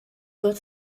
got